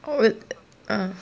oh it ah